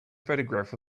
photograph